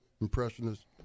impressionist